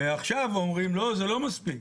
ועכשיו אומרים לא, זה לא מספיק.